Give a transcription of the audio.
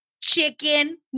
chicken